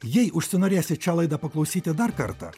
jei užsinorėsit šią laidą paklausyti dar kartą